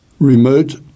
Remote